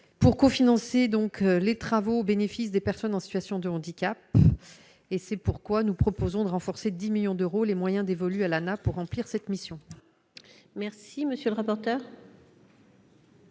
pour co-financer donc les travaux au bénéfice des personnes en situation de handicap et c'est pourquoi nous proposons de renforcer 10 millions d'euros les moyens dévolus à l'pour remplir cette mission. Merci, monsieur le rapporteur.